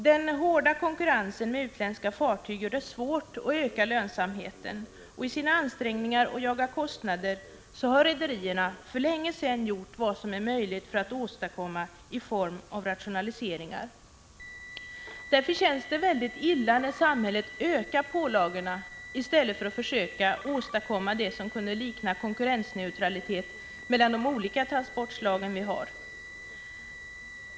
Den hårda konkurrensen med utländska fartyg gör det svårt att öka lönsamheten. I sina ansträngningar att jaga kostnader har rederierna för länge sedan gjort vad som är möjligt att åstadkomma i form av rationaliseringar. Därför känns det illa när samhället ökar pålagorna i stället för att försöka åstadkomma något som kunde likna konkurrensneutralitet mellan olika transportslag.